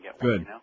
Good